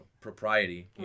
propriety